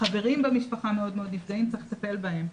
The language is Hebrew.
החברים במשפחה מאוד נפגעים וצריך לטפל בהם.